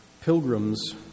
Pilgrims